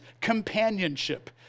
companionship